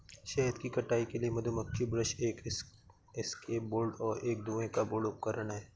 शहद की कटाई के लिए मधुमक्खी ब्रश एक एस्केप बोर्ड और एक धुएं का बोर्ड उपकरण हैं